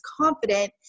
confident